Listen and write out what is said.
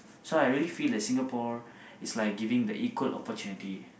so I really feel like Singapore is like giving the equal opportunity